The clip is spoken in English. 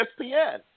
ESPN